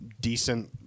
decent